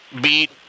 beat